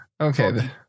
okay